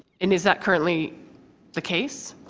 and is that currently the case?